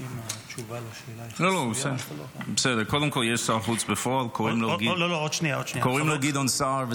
קודם כול, יש שר חוץ בפועל, קוראים לו גדעון סער.